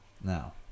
now